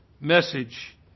message